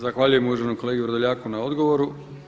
Zahvaljujem uvaženom kolegi Vrdoljaku na odgovoru.